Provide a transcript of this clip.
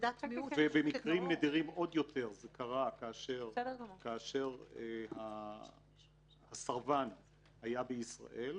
במקרים נדירים עוד יותר זה קרה כאשר הסרבן היה בישראל.